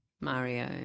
Mario